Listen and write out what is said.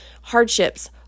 hardships